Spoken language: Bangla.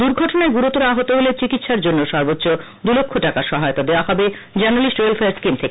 দুর্ঘটনায় গুরুতর আহত হলে চিকিৎসার জন্য সর্বোচ্চ দুই লক্ষ টাকা সহায়তা দেয়া হবে জার্নালিস্ট ওয়েলফেয়ার স্কিম থেকে